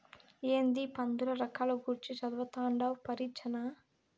ఏందీ పందుల రకాల గూర్చి చదవతండావ్ పరీచ్చనా